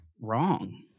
wrong